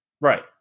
Right